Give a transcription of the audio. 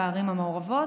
בערים המעורבות,